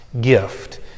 gift